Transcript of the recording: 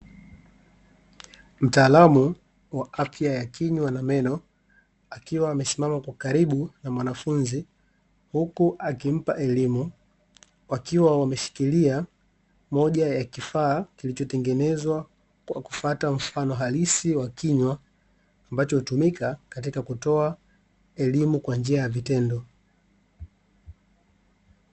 Mtaalamu wa afya ya kinywa na meno akiwa amesimama kwa karibu na mwanafunzi huku akimpa elimu wakiwa wameshikilia moja ya kifaa kilichotengenezwa kwa kufuata mfano halisi wa kinywa ambacho hutumika katika kutoa elimu kwa njia ya vitendo .